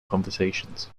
conversations